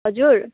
हजुर